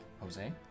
Jose